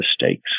mistakes